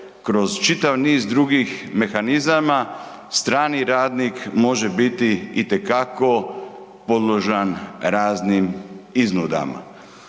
kroz čitav niz drugih mehanizama, strani radnik može biti itekako podložan raznim iznudama.